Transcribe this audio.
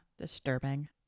disturbing